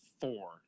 four